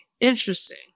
interesting